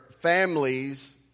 families